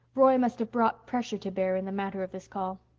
roy must have brought pressure to bear in the matter of this call.